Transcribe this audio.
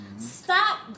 Stop